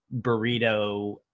burrito